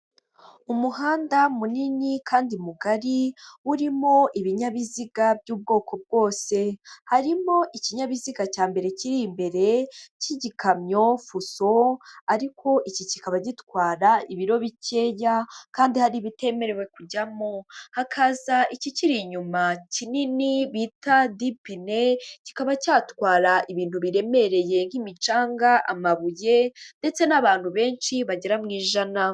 Umuhanda munini kandi mugari urimo ibinyabiziga by'ubwoko bwose, harimo ikinyabiziga cya mbere kiri imbere, cy'igikamyo, fuso, ariko iki kikaba gitwara ibiro bikeya kandi hari ibitemerewe kujyamo, hakaza ikikiri inyuma kinini bita dipine, kikaba cyatwara ibintu biremereye nk'imicanga, amabuye, ndetse n'abantu benshi bagera mu ijana.